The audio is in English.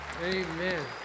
Amen